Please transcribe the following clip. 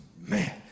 man